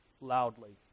loudly